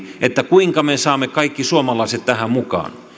kuinka me saamme kaikki suomalaiset tähän mukaan